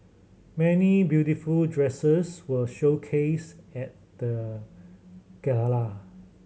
many beautiful dresses were showcased at the gala